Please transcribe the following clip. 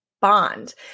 bond